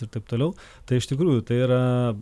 ir taip toliau tai iš tikrųjų tai yra